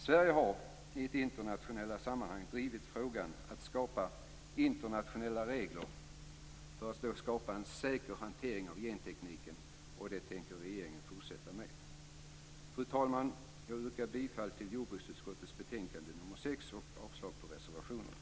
Sverige har i internationella sammanhang drivit frågan att skapa internationella regler för att skapa en säker hantering av gentekniken, och det tänker regeringen fortsätta med. Fru talman! Jag yrkar bifall till hemställan i jordbruksutskottets betänkande nr 6 och avslag på reservationerna.